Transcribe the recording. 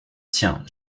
tien